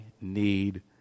need